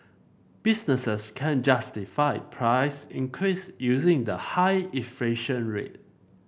businesses can justify price increase using the high inflation rate